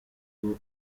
ubwo